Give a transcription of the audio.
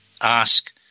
Ask